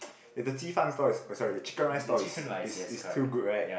eh the 鸡饭 stall is oh sorry the chicken rice stall is is is too good right